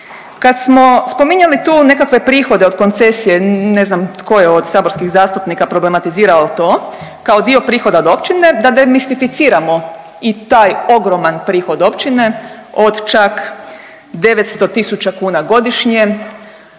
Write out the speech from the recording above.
Kad smo spominjali tu nekakve prihode od koncesije, ne znam tko je od saborskih zastupnika problematizirao to kao dio prihoda od općine da demistificiramo i taj ogroman prihod općine od čak 900.000 kuna godišnje,